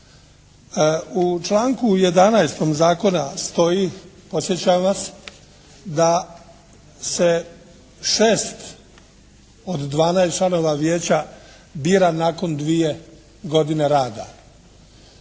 U članku 11. zakona stoji, podsjećam vas, da se 6 od 12 članova vijeća bira nakon dvije godine rada.